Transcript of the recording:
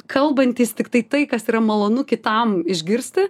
kalbantys tiktai tai kas yra malonu kitam išgirsti